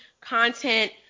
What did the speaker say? content